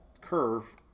curve